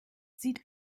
sieht